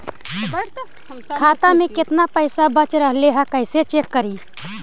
खाता में केतना पैसा बच रहले हे कैसे चेक करी?